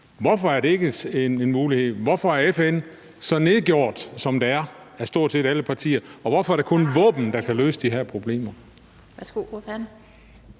Hvorfor er det ikke en mulighed? Hvorfor er FN så nedgjort, som det er af stort set alle partier, og hvorfor er det kun våben, der kan løse de her problemer?